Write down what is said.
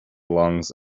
lungs